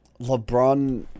LeBron